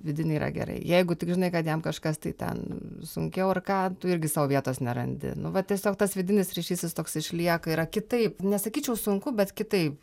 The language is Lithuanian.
vidiniai yra gerai jeigu tik žinai kad jam kažkas tai ten sunkiau ar ką tu irgi sau vietos nerandi nu va tiesiog tas vidinis ryšys jis toks išlieka yra kitaip nesakyčiau sunku bet kitaip